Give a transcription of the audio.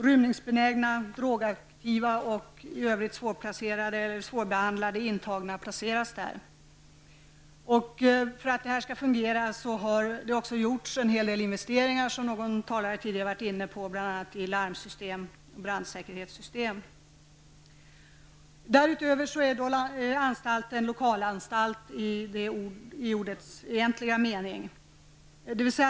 Rymningsbenägna, drogaktiva och i övrigt svårplacerade och svårbehandlade intagna placeras där. För att det skall fungera har investeringar gjorts, som en talare tidigare har varit inne på, bl.a. i larmsystem och brandsäkerhetssystem. Därutöver är anstalten lokalanstalt i ordets egentliga mening.